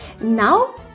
Now